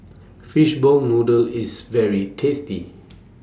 Fishball Noodle IS very tasty